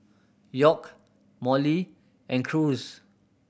York Molly and Cruz